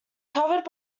covered